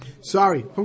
Sorry